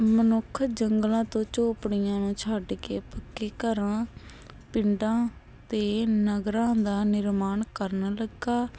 ਮਨੁੱਖ ਜੰਗਲਾਂ ਤੋਂ ਚੋਪੜੀਆਂ ਨੂੰ ਛੱਡ ਕੇ ਪੱਕੇ ਘਰਾਂ ਪਿੰਡਾਂ ਅਤੇ ਨਗਰਾਂ ਦਾ ਨਿਰਮਾਣ ਕਰਨ ਲੱਗਾ